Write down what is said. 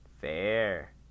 Fair